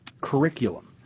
curriculum